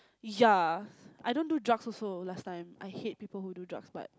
yeah I don't do drugs also last time I hate people who do drugs but